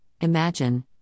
imagine